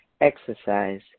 Exercise